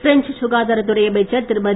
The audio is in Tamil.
பிரெஞ்ச் சுகாதார அமைச்சர் திருமதி